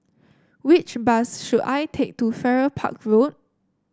which bus should I take to Farrer Park Road